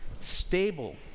stable